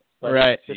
Right